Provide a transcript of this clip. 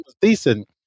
decent